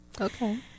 Okay